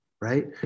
Right